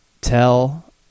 Tell